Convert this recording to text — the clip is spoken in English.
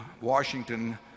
Washington